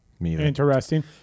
interesting